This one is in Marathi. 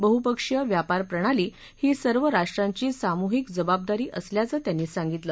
बहुपक्षीय व्यापरप्रणाली ही सर्व राष्ट्रांची सामूहिक जबाबदारी असल्याचं त्यांनी सांगितलं